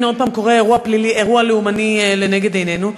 הנה עוד פעם קורה אירוע לאומני לנגד עינינו,